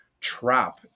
trap